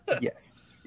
yes